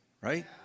right